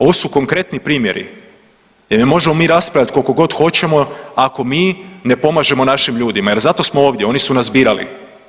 Ovo su konkretni primjeri jer možemo mi raspravljat koliko god hoćemo ako mi ne pomažemo našim ljudima jer zato smo ovdje, oni su nas birali.